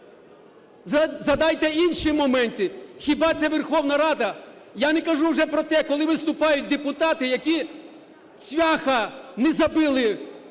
згадайте інші моменти. Хіба це Верховна Рада? Я не кажу вже про те, коли виступають депутати, які цвяха не забили,